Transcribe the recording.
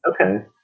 Okay